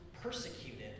persecuted